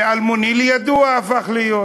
מאלמוני הפך לידוע.